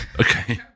Okay